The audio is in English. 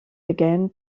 began